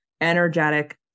energetic